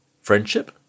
friendship